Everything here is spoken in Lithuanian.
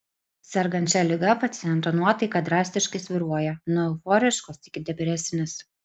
sergant šia liga paciento nuotaika drastiškai svyruoja nuo euforiškos iki depresinės